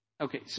Okay